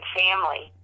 family